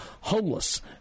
Homeless